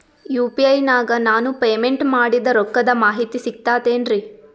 UPI ನಾಗ ನಾನು payment ಮಾಡಿದ ರೊಕ್ಕದ ಮಾಹಿತಿ ಸಿಕ್ತಾತೇನ್ರೀ?